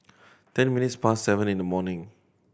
ten minutes past seven in the morning